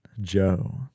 Joe